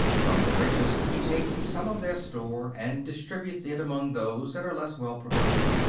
from the richest he takes some of their store, and distributes it among those that are less well-provided.